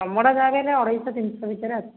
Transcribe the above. ଚମଡ଼ା ଯାହାହେଲେ ବି ହେଲେ ଅଢ଼େଇଶହ ତିନିଶହ ଭିତରେ ଆସିବ